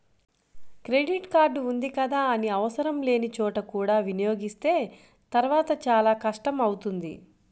credit card ఉంది కదా అని ఆవసరం లేని చోట కూడా వినియోగిస్తే తర్వాత చాలా కష్టం అవుతుంది